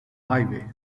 highway